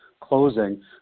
closing